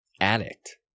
addict